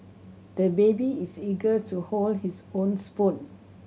the baby is eager to hold his own spoon